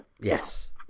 yes